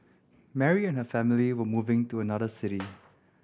Mary and her family were moving to another city